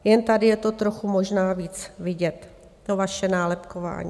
Jen tady je to trochu možná víc vidět, to vaše nálepkování.